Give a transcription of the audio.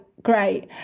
great